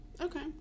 okay